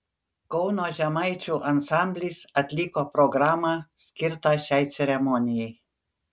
kauno žemaičių ansamblis atliko programą skirtą šiai ceremonijai